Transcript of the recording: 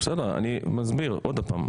בסדר, אני מסביר שוב: